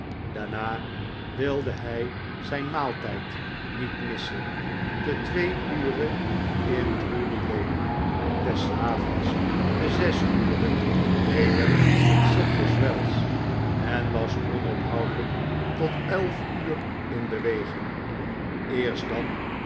daarna wilde hij zijn maaltijd niet missen te twee ure in drury lane des avonds te zes ure weder in sadlers wells en was onophoudelijk tot elf uur in beweging eerst dan